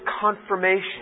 confirmation